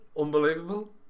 Unbelievable